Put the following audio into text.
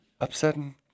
Upsetting